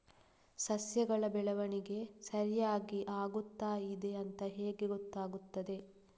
ಸಸ್ಯಗಳ ಬೆಳವಣಿಗೆ ಸರಿಯಾಗಿ ಆಗುತ್ತಾ ಇದೆ ಅಂತ ಹೇಗೆ ಗೊತ್ತಾಗುತ್ತದೆ?